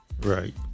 Right